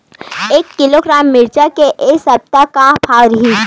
एक किलोग्राम मिरचा के ए सप्ता का भाव रहि?